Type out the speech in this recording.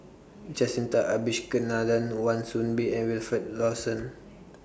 Jacintha Abisheganaden Wan Soon Bee and Wilfed Lawson